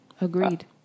agreed